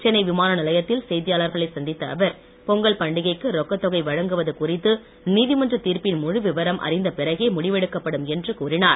சென்னை விமானநிலையத்தில் செய்தியாளர்களை சந்தித்த அவர் பொங்கல் பண்டிகைக்கு ரொக்கத் தொகை வழங்குவது குறித்து நீதிமன்றத் தீர்ப்பின் முழு விவரம் அறிந்த பிறகே முடிவெடுக்கப்படும் என்று கூறினார்